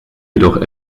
jedoch